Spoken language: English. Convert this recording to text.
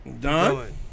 Done